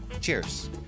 cheers